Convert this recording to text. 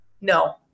no